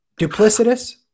duplicitous